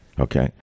okay